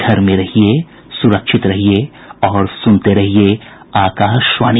घर में रहिये सुरक्षित रहिये और सुनते रहिये आकाशवाणी